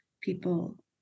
people